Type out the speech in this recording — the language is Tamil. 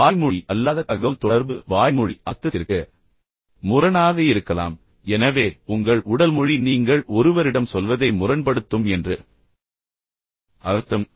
வாய்மொழி அல்லாத தகவல்தொடர்பு வாய்மொழி அர்த்தத்திற்கு முரணாக இருக்கலாம் எனவே உங்கள் உடல் மொழி நீங்கள் ஒருவரிடம் சொல்வதை முரண்படுத்தும் என்று அர்த்தம்